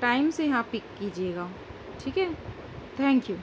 time سے یہاں pick کیجیے گا ٹھیک ہے تھینک یو